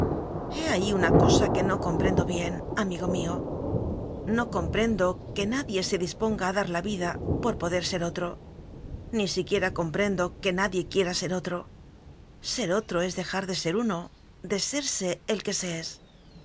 he ahí una cosa que no comprendo bien amigo mío no comprendo que nadie se dis ponga a dar la vida por poder ser otro ni si quiera comprendo que nadie quiera ser otro ser otro es dejar de ser uno de serse el que se es